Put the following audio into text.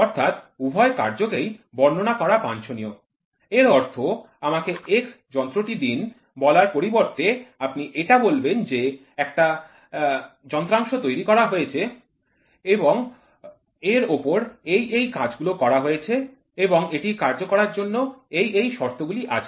অর্থাৎ উভয় কার্য কেই বর্ণনা করা বাঞ্ছনীয় এর অর্থ আমাকে x যন্ত্রটি দিন বলার পরিবর্তে আপনি এটা বলবেন যে একটা যন্ত্রাংশ তৈরি করা হয়েছে এবং এর ওপর এই এই কাজগুলো করা হয়েছে এবং এটি কার্য কারার জন্য এই এই শর্ত গুলি আছে